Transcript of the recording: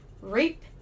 reap